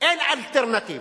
אין אלטרנטיבה.